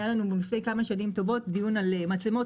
היה לנו לפני כמה שנים טובות דיון על מצלמות